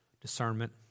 discernment